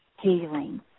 healing